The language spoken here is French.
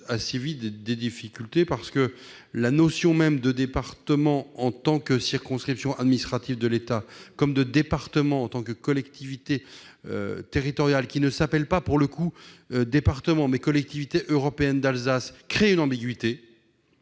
administrative de notre pays. La notion même de département en tant que circonscription administrative de l'État, comme de département en tant que collectivité territoriale, qui ne s'appelle pas département mais Collectivité européenne d'Alsace, crée une ambiguïté,